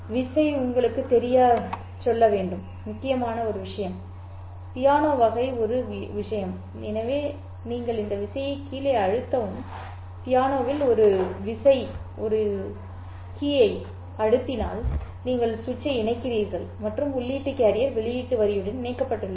விசை உங்களுக்குத் தெரியச் சொல்ல வேண்டும் முக்கியமானது ஒரு விஷயம் பியானோ வகை ஒரு விஷயம் எனவே நீங்கள் அந்த விசையை கீழே அழுத்தவும் நீங்கள் சுவிட்சை இணைக்கிறீர்கள் மற்றும் உள்ளீட்டு கேரியர் வெளியீட்டு வரியுடன் இணைக்கப்பட்டுள்ளது